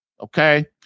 okay